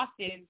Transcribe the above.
often